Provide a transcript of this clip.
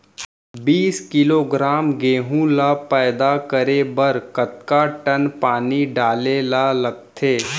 बीस किलोग्राम गेहूँ ल पैदा करे बर कतका टन पानी डाले ल लगथे?